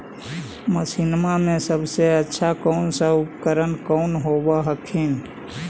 मसिनमा मे सबसे अच्छा कौन सा उपकरण कौन होब हखिन?